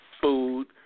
food